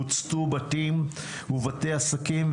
הוצתו בתים ובתי עסקים.